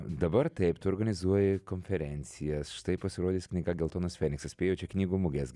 dabar taip tu organizuoji konferencijas štai pasirodys knyga geltonas feniksas spėju čia knygų mugės